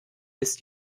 ist